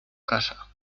casa